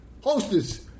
Hostess